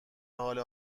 حال